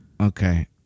Okay